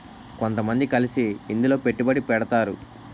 కొంతమంది కలిసి ఇందులో పెట్టుబడి పెడతారు